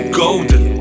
golden